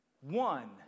one